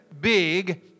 big